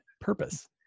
purpose